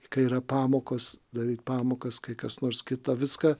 kai yra pamokos daryt pamokas kai kas nors kita viską